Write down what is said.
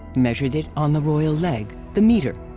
measured it on the royal leg, the meter.